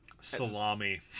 Salami